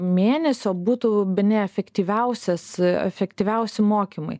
mėnesio butų bene efektyviausias efektyviausi mokymai